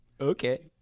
Okay